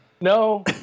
No